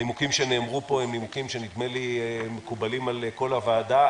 הנימוקים שנאמרו פה הם נימוקים שנדמה לי מקובלים על כל הוועדה.